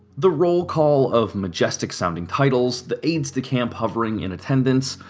the roll call of majestic sounding titles, the aides de camp hovering in attendance,